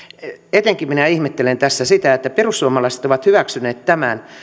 etenkin minä ihmettelen tässä sitä että perussuomalaiset ovat hyväksyneet tämän